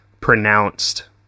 pronounced